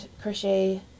crochet